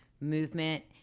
movement